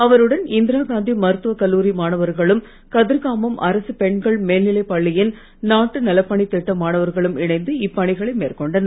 அவருடன் இந்திராகாந்தி மருத்துவக் கல்லூரி மாணவர்களும் கதிர்காமம் அரசுப் பெண்கள் மேல்நிலைப் பள்ளியின் நாட்டு நலப் பணித் திட்ட மாணவர்களும் இணைந்து இப்பணிகளை மேற்கொண்டனர்